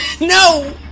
No